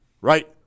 right